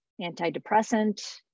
antidepressant